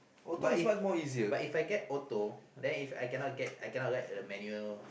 but if but If I get auto then If I cannot I cannot ride the manual